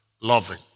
loving